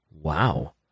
Wow